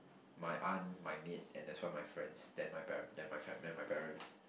my aunt my maid and that's why my friends then my par~ then my fam then my parents